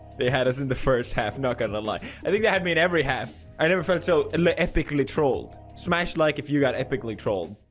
they had us in the first half not gonna like i think they had me in every half i never felt so um ah literally trolled smash like if you got epically troll